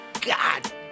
god